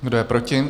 Kdo je proti?